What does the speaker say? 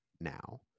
now